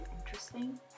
interesting